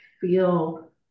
feel